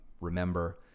remember